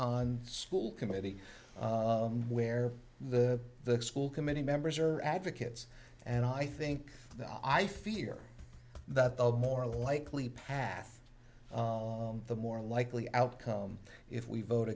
on school committee where the school committee members are advocates and i think i fear that the more likely path the more likely outcome if we vote